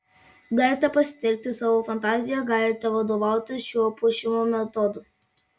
galite pasitelkti savo fantaziją galite vadovautis šiuo puošimo metodu